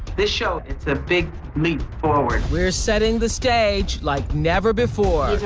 this show, it's a big leap forward. we're setting the stage like never before.